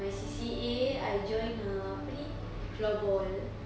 my C_C_A I join err apa ni floorball